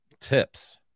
tips